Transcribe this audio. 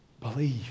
believe